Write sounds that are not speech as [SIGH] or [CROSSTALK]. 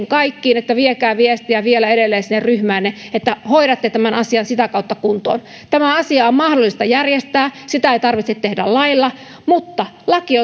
[UNINTELLIGIBLE] kaikkiin että viekää viestiä vielä edelleen sinne ryhmäänne että hoidatte tämän asian sitä kautta kuntoon tämä asia on mahdollista järjestää sitä ei tarvitse tehdä lailla mutta laki [UNINTELLIGIBLE]